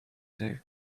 too